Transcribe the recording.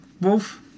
Wolf